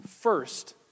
first